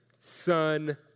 Son